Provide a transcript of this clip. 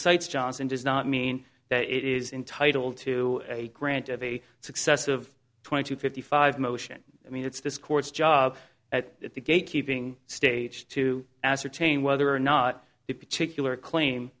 cites johnson does not mean that it is entitle to a grant of a successive twenty to fifty five motion i mean it's this court's job at the gate keeping stage to ascertain whether or not the particular claim